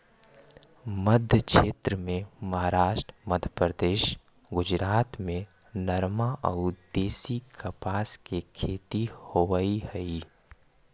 मध्मक्षेत्र में महाराष्ट्र, मध्यप्रदेश, गुजरात में नरमा अउ देशी कपास के खेती होवऽ हई